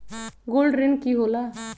Gold ऋण की होला?